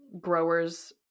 growers